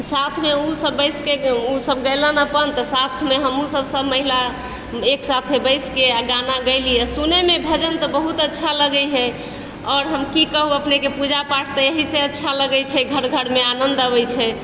साथमे ओहोसभ बैसिकए ओहोसभ गौलनि अपन तऽ साथमे हमहुँ सभ सभ महिला एकसाथे बैसिकए आओर गाना गैली आओर सुनैमे भजन तऽ बहुत अच्छा लगैए आओर हम कि कहू पूजापाठ तऽ एहिसँ अच्छा लागै छै घर घरमे आनन्द आबै छै